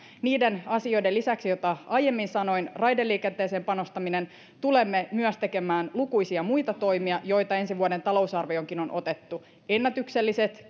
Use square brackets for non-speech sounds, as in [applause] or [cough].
niiden asioiden lisäksi joita aiemmin sanoin raideliikenteeseen panostaminen tulemme myös tekemään lukuisia muita toimia joita ensi vuoden talousarvioonkin on otettu ennätykselliset [unintelligible]